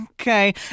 okay